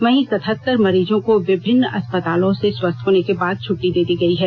वहीं सतहत्तर मरीजों को विभिन्न अस्पतालों से स्वस्थ होने के बाद छट्टी दे दी गयी है